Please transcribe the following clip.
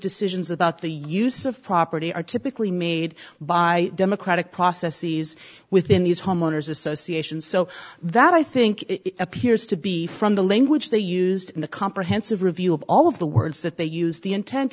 decisions about the use of property are typically made by democratic processes within these homeowners associations so that i think appears to be from the language they used in the comprehensive review of all of the words that they use the intent